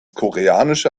koreanische